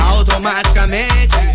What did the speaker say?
Automaticamente